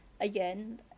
again